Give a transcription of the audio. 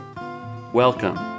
Welcome